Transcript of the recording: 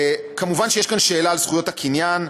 מובן שיש כאן שאלה של זכויות הקניין,